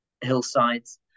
hillsides